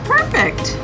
perfect